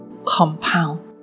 compound